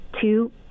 two